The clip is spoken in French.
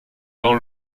dans